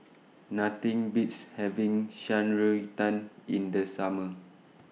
Nothing Beats having Shan Rui Tang in The Summer